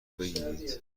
بگیرید